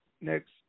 next